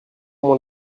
moins